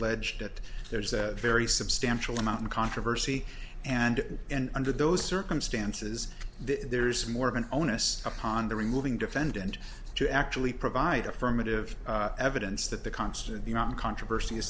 eged that there's a very substantial amount of controversy and and under those circumstances there's more of an onus upon the removing defendant to actually provide affirmative evidence that the constant beyond controvers